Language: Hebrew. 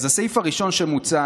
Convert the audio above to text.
אז הסעיף הראשון שמוצע,